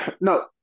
No